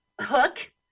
hook